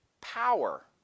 Power